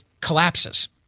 collapses